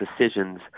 decisions